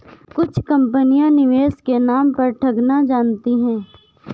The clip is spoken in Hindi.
कुछ कंपनियां निवेश के नाम पर ठगना जानती हैं